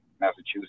Massachusetts